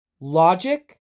Logic